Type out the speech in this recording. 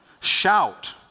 Shout